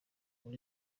muri